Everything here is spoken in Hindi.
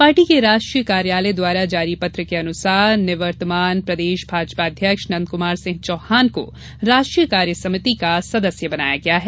पार्टी के राष्ट्रीय कार्यालय द्वारा जारी पत्र के अनुसार निर्वतमान प्रदेश भाजपाध्यक्ष नंद कुमार सिहं चौहान को राष्ट्रीय कार्य समिति का सदस्य बनाया गया है